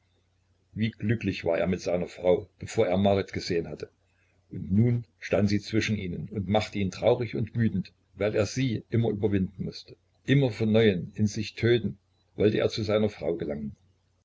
wie glücklich war er mit seiner frau bevor er marit gesehen hatte und nun stand sie zwischen ihnen und machte ihn traurig und wütend weil er sie immer überwinden mußte immer von neuem in sich töten wollte er zu seiner frau gelangen